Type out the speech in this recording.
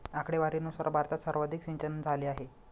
आकडेवारीनुसार भारतात सर्वाधिक सिंचनझाले आहे